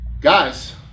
guys